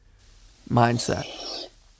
mindset